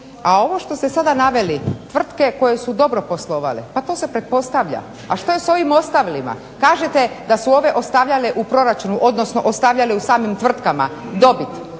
A ovo što ste sada naveli, tvrtke koje su dobro poslovale, pa to se pretpostavlja. A što je sa ovim ostalima. Kažete da su ove ostavljale u proračunu, odnosno u samim tvrtkama dobit,